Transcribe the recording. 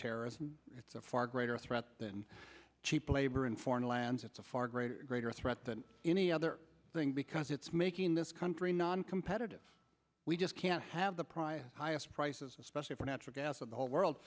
terrorists and it's a far greater threat than cheap labor in foreign lands it's a far greater greater threat than any other thing because it's making this country noncompetitive we just can't have the prior highest prices especially for natural gas in the whole world